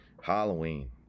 Halloween